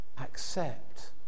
accept